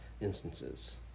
instances